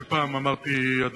מה שפעם אמרתי לך,